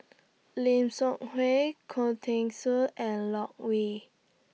Lim Seok Hui Khoo Teng Soon and Loke Yew